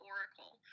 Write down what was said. Oracle